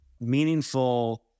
meaningful